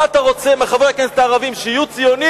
מה אתה רוצה מחברי הכנסת הערבים, שיהיו ציונים?